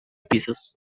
pieces